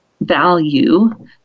value